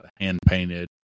hand-painted